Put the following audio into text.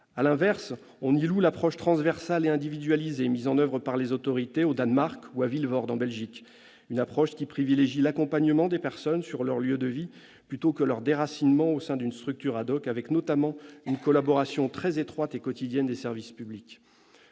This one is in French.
d'Esther Benbassa loue l'approche transversale et individualisée mise en oeuvre par les autorités au Danemark ou à Vilvoorde, en Belgique. Cette approche privilégie l'accompagnement des personnes sur leur lieu de vie, plutôt que leur déracinement au sein d'une structure, avec, notamment, une collaboration très étroite et quotidienne des services publics.